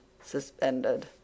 suspended